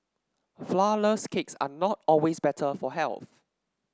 flour less cakes are not always better for health